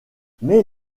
mais